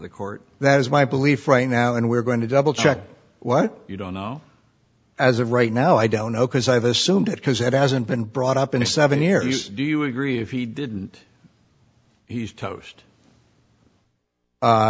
the court that is my belief right now and we're going to double check what you don't know as of right now i don't know because i've assumed it because it hasn't been brought up in a seven year is do you agree if he didn't he's toast